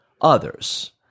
others